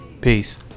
Peace